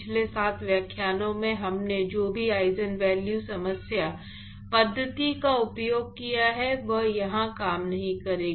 पिछले 7 व्याख्यानों में हमने जो भी आइजन वैल्यू समस्या पद्धति का उपयोग किया है वह यहां काम नहीं करेगी